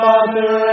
Father